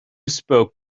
spoke